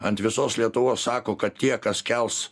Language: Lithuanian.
ant visos lietuvos sako kad tie kas kels